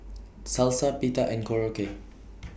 Salsa Pita and Korokke